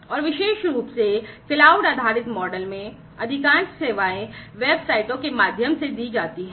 और विशेष रूप से क्लाउड आधारित मॉडल में अधिकांश सेवाएं वेबसाइटों के माध्यम से दी जाती हैं